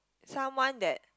someone that